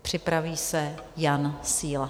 Připraví se Jan Síla.